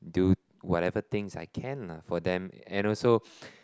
do whatever things I can lah for them and also